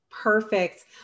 Perfect